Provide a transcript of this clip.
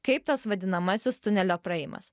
kaip tas vadinamasis tunelio praėjimas